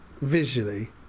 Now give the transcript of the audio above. visually